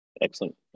Excellent